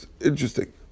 interesting